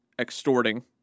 extorting